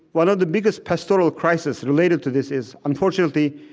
one of the biggest pastoral crises related to this is, unfortunately,